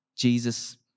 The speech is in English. Jesus